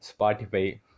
Spotify